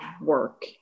work